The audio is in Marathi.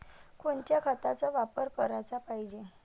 कोनच्या खताचा वापर कराच पायजे?